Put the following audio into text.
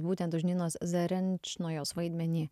būtent už ninos zarenčnojos vaidmenį